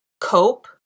cope